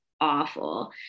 awful